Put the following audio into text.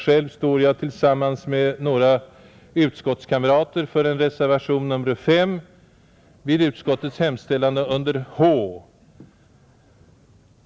Själv står jag tillsammans med några utskottskamrater för en reservation, nr 5, vid utskottets hemställan under H.